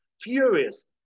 furious